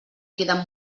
queden